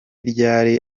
ryari